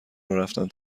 ورفتن